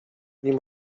nim